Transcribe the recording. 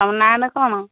ତମ ନାଁ ଟା କ'ଣ